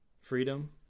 freedom